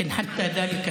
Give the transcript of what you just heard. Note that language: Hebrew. ) עבר הזמן.